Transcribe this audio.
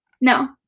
No